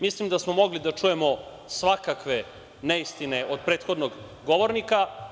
Mislim da smo mogli da čujemo svakakve neistine od prethodnog govornika.